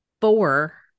four